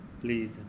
Please